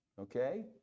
okay